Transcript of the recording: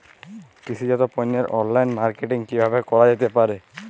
কৃষিজাত পণ্যের online marketing কিভাবে করা যেতে পারে?